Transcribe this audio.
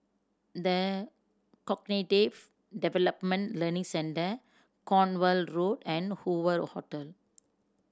The Cognitive Development Learning Centre Cornwall Road and Hoover Hotel